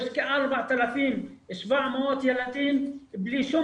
יש כ-4,700 ילדים בלי שום